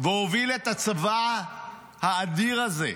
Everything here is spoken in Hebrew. והוביל את הצבא האדיר הזה,